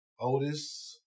Otis